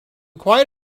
quite